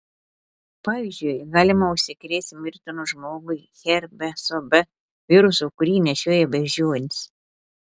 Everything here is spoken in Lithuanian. pavyzdžiui galima užsikrėsti mirtinu žmogui herpeso b virusu kurį nešioja beždžionės